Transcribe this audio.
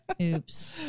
oops